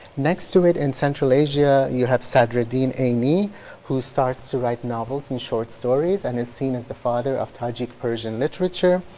next to it in central asia, you have sadriddin a n who starts to write novels and short stories and is seen as the father of tajik persian literature.